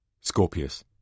Scorpius